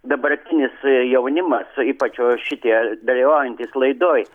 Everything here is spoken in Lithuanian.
dabartinis jaunimas ypač šitie dalyvaujantys laidoj